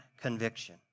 conviction